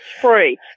free